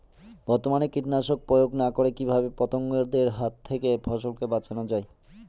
বর্তমানে কীটনাশক প্রয়োগ না করে কিভাবে পতঙ্গদের হাত থেকে ফসলকে বাঁচানো যায়?